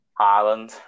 Ireland